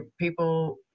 people